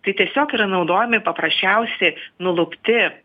tai tiesiog yra naudojami paprasčiausi nulupti